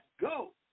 go